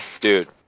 dude